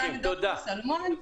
ד"ר שלמון,